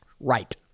Right